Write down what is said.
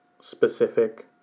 specific